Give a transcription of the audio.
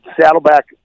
Saddleback